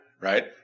Right